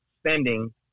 spending